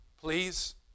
Please